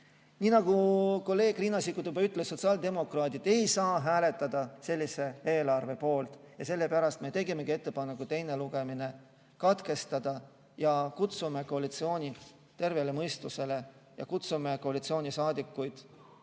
Nii nagu kolleeg Riina Sikkut juba ütles, sotsiaaldemokraadid ei saa hääletada sellise eelarve poolt. Sellepärast me tegimegi ettepaneku teine lugemine katkestada. Me kutsume koalitsiooni tervele mõistusele ja kutsume koalitsioonisaadikuid